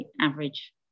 average